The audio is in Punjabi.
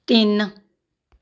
ਤਿੰਨ